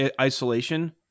isolation